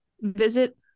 visit